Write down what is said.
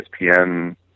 ESPN